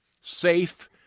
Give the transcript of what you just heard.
safe